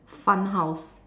fun house